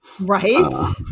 right